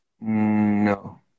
No